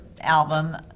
album